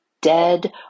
dead